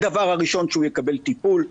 הדבר הראשון שהוא יקבל טיפול,